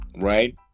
Right